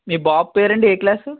మీ బాబు పేరండి ఏ క్లాసు